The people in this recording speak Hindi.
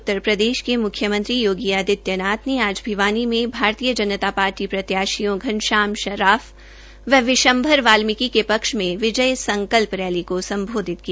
उत्तर प्रदेश के मुख्य मंत्री योगी आदित्य नाथ ने आज भिवानी में भाजपा प्रत्याशियों घनश्याम शर्राफ व विशंभर वाल्मिकी के पक्ष में विजय संकल्प रैली को संबोधित किया